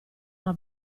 una